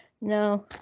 No